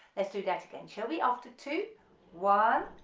let's do that again shall we, after two one,